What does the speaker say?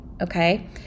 okay